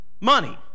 money